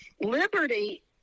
Liberty